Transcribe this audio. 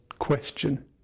question